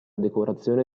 decorazione